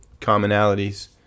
commonalities